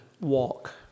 walk